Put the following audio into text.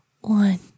One